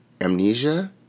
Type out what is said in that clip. amnesia